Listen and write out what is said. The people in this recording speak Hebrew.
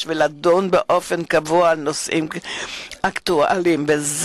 ולדון באופן קבוע על נושאים אקטואליים משותפים.